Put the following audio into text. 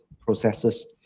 processes